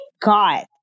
God